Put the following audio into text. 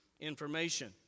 information